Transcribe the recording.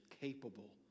capable